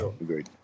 Agreed